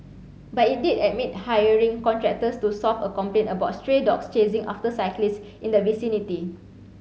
but it did admit hiring contractors to solve a complaint about stray dogs chasing after cyclists in the vicinity